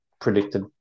predicted